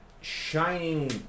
shining